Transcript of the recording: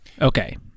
Okay